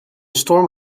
storm